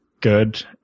good